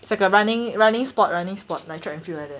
这个 running running spot running spot like track and field like that